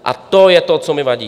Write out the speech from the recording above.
A to je to, co mi vadí.